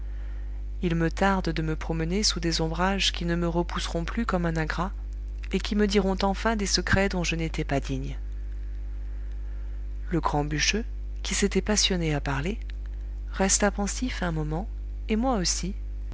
il me tarde de me promener sous des ombrages qui ne me repousseront plus comme un ingrat et qui me diront enfin des secrets dont je n'étais pas digne le grand bûcheux qui s'était passionné à parler resta pensif un moment et moi aussi